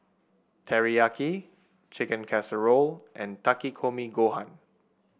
Teriyaki Chicken Casserole and Takikomi Gohan